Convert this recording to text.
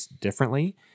differently